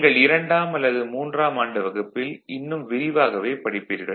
நீங்கள் இரண்டாம் அல்லது மூன்றாம் ஆண்டு வகுப்பில் இன்னும் விரிவாகவே படிப்பீர்கள்